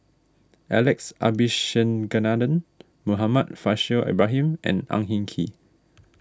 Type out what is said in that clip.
Alex Abisheganaden Muhammad Faishal Ibrahim and Ang Hin Kee